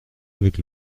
avec